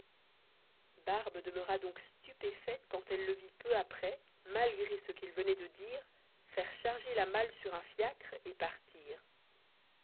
barbe demeura donc stupéfaite quand elle le vit peu après malgré ce qu'il venait de dire faire charger la malle sur un fiacre et partir